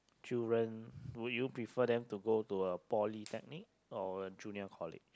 children would you prefer them to go to a polytechnic or a junior college